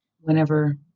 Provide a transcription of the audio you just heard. whenever